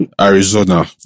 Arizona